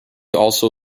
also